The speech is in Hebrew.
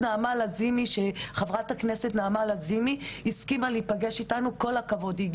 היחידה שהסכימה להיפגש איתנו הייתה נעמה לזימי חברת הכנסת וכל הכבוד לה,